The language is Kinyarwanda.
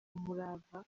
umurava